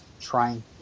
trying